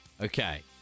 Okay